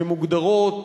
שמוגדרות